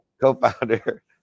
co-founder